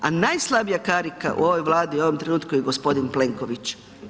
A najslabija karika u ovoj Vladi u ovom trenutku je gospodin Plenković.